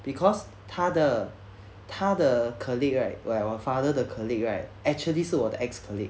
because 他的他的 colleague right 我 father 的 colleague right actually 是我的 ex colleague